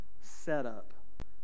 setup